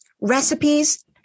recipes